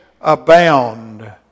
abound